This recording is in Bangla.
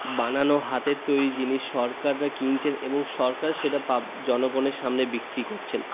বানানো হাতের তৈরি জিনিস সরকাররা কিনছেন এবং সরকার সেটা পাব জনগনের সামনে বিক্রি করছেন